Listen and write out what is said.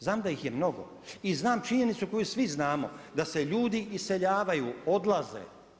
Znam da ih je mnogo i znam činjenicu koju svi znamo da se ljudi iseljavaju, odlaze.